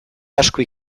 asko